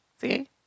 See